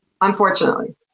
unfortunately